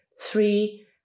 Three